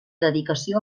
dedicació